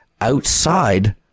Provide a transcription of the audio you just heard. outside